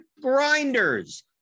Grinders